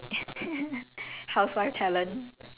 !wah! you have a you have